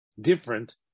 different